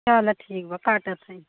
चलो ठीक बा काटाता है